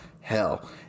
hell